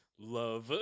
love